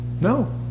No